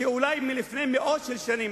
מלפני מאות של שנים,